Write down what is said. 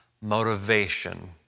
motivation